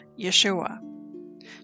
Yeshua